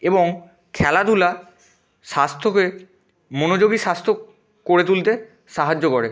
এবং খেলাধুলা স্বাস্থ্যকে মনোযোগী স্বাস্থ্য করে তুলতে সাহায্য করে